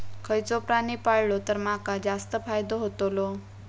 खयचो प्राणी पाळलो तर माका जास्त फायदो होतोलो?